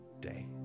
day